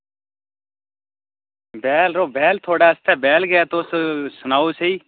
बैह्ल यरो बैह्ल थोआढ़े आस्तै बैह्ल गै ऐ तुस सनाओ सेही